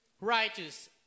righteous